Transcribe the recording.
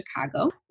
Chicago